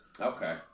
Okay